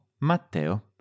Matteo